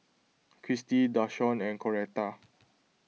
Christi Dashawn and Coretta